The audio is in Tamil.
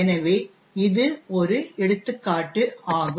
எனவே இது ஒரு எடுத்துக்காட்டு ஆகும்